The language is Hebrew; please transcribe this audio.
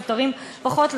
זוטרים פחות,